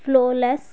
flawless